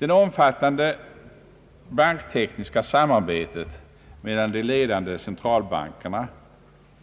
Det omfattande banktekniska samarbetet mellan de ledande centralbankerna